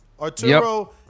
Arturo